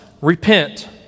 repent